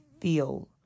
feel